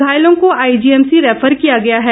घायलों को IGMC refer किया गया है